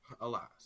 Alas